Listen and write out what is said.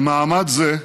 במעמד זה,